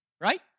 right